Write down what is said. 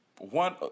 one